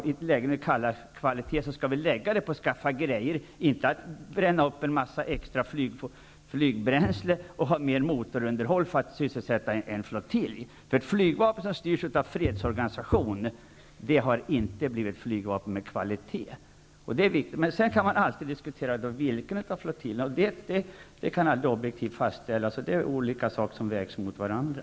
Vill vi satsa på kvalitet skall vi lägga pengarna på att skaffa grejer och inte på att bränna upp en massa extra flygbränsle och ha mer motorunderhåll för att sysselsätta en flottilj. Ett flygvapen som styrs av fredsorganisationen blir inte ett flygvapen med kvalitet. Det är viktigt. Men sedan kan man alltid diskutera vilken av flottiljerna som skall läggas ned, och det kan aldrig objektivt fastställas vilken det bör vara -- det är olika saker som vägs mot varandra.